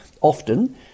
often